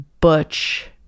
butch